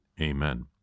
Amen